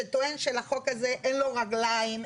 שטוען שלחוק הזה אין לו רגליים,